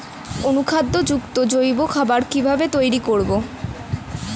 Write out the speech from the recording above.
অনুখাদ্য যুক্ত জৈব খাবার কিভাবে তৈরি করব?